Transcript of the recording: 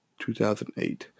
2008